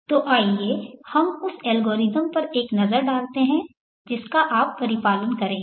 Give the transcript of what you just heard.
तो आइए हम उस एल्गोरिथ्म पर एक नज़र डालते हैं जिसका आप परिपालन करेंगे